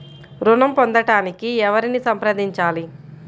ఋణం పొందటానికి ఎవరిని సంప్రదించాలి?